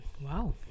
Wow